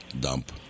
dump